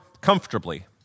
comfortably